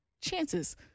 chances